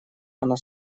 она